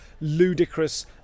ludicrous